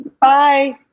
Bye